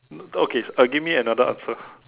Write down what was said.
okay uh give me another answer